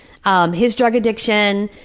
um his drug addiction.